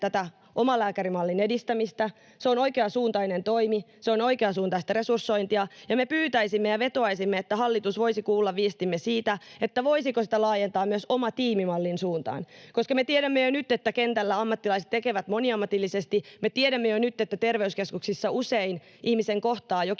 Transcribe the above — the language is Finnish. tätä omalääkärimallin edistämistä. Se on oikeansuuntainen toimi, se on oikeansuuntaista resursointia, ja me pyytäisimme ja vetoaisimme, että hallitus voisi kuulla viestimme siitä, voisiko sitä laajentaa myös omatiimimallin suuntaan, koska me tiedämme jo nyt, että kentällä ammattilaiset tekevät moniammatillisesti ja me tiedämme jo nyt, että terveyskeskuksissa usein ihmisen kohtaa